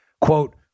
Quote